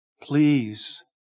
Please